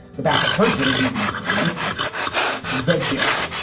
the back of her jersey reads nifty the gist.